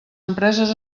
empreses